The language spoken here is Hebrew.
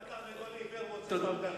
גם תרנגול עיוור מוצא לפעמים גרגר.